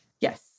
Yes